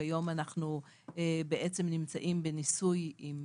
כיום אנחנו בעצם נמצאים בניסוי עם